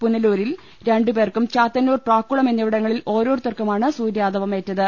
പുനലൂരിൽ രണ്ടു പേർക്കും ചാത്തന്നൂർ പ്രാക്കുളം എന്നിവിടങ്ങളിൽ ഓരോരു ത്തർക്കുമാണ് സൂര്യാതപമേറ്റത്